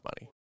money